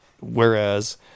whereas